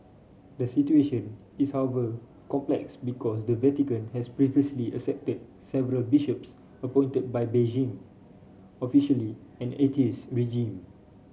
the situation is however complex because the Vatican has previously accepted several bishops appointed by Beijing officially an atheist regime